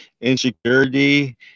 insecurity